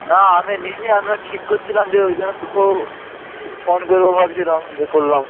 না আমি নিই নি আমিও ঠিক করছিলাম যে ঐ জন্য তোকেও ফোন করবো ভাবছিলাম দিয়ে করলাম